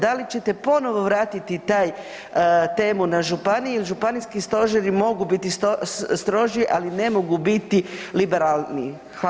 Da li ćete ponovo vratiti taj, temu na županije jel županijski stožeri mogu biti stroži, ali ne mogu biti liberalniji.